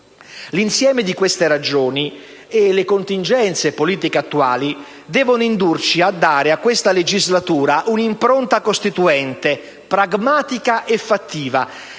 L'insieme di queste ragioni e le contingenze politiche attuali devono indurci a dare a questa legislatura un'impronta costituente, pragmatica e fattiva,